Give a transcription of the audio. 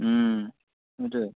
সেইটোৱে